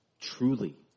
truly